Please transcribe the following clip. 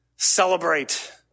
celebrate